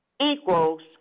equals